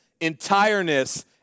entireness